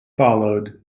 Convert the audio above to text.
followed